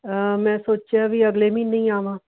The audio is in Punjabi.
ਮੈਂ ਸੋਚਿਆ ਵੀ ਅਗਲੇ ਮਹੀਨੇ ਹੀ ਆਵਾਂ